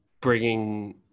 bringing